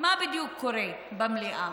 מה בדיוק קורה במליאה?